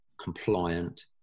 compliant